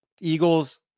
Eagles